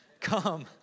come